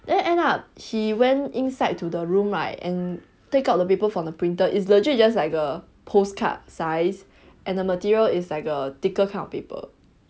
then end up he went inside to the room right and take out the paper from the printer is legit just like a postcard size and the material is like a thicker kind of paper